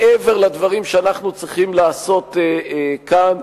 מעבר לדברים שאנחנו צריכים לעשות כאן,